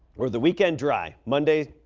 where the weekend dry monday.